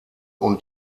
und